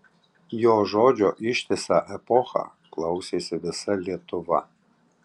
jo žodžio ištisą epochą klausėsi visa lietuva